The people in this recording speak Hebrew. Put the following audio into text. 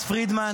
התשפ"ה 2024,